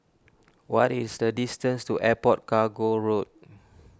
what is the distance to Airport Cargo Road